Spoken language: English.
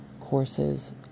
courses